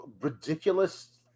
ridiculous